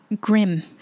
grim